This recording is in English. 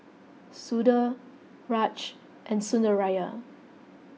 Sudhir Raj and Sundaraiah